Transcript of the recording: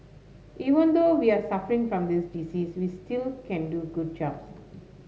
even though we are suffering from this disease we still can do good jobs